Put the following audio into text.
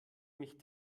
mich